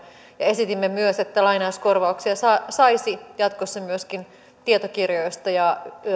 ja esitimme myös että lainauskorvauksia saisi jatkossa myöskin tietokirjoista ja